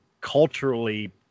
culturally